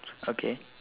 okay